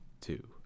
two